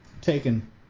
taken